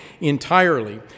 entirely